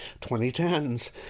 2010s